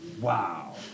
Wow